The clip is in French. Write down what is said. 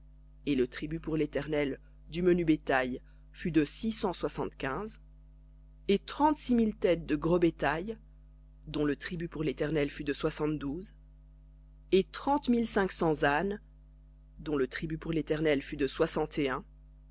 et le tribut pour l'éternel du menu bétail fut de six cent soixante-quinze et trente-six mille gros bétail dont le tribut pour l'éternel fut de soixante-douze et trente mille cinq cents ânes dont le tribut pour l'éternel fut de